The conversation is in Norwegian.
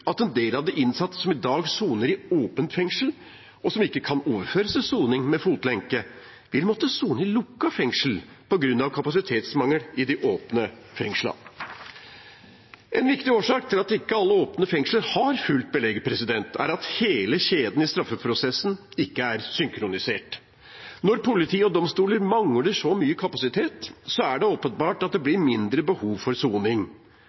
at en del av de innsatte som i dag soner i åpent fengsel, og som ikke kan overføres til soning med fotlenke, vil måtte sone i lukket fengsel på grunn av kapasitetsmangel i de åpne fengslene. En viktig årsak til at ikke alle åpne fengsler har fullt belegg, er at hele kjeden i straffeprosessen ikke er synkronisert. Når politi og domstoler mangler så mye kapasitet, er det åpenbart at det blir mindre behov for soning.